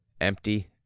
empty